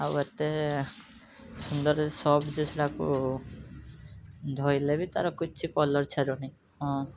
ଆଉ ଏତେ ସୁନ୍ଦର ସଫ୍ଟ ଯେ ସେଟାକୁ ଧୋଇଲେବି ତା'ର କିଛି କଲର୍ ଛାଡ଼ୁନି ହଁ